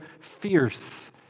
fierce